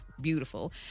beautiful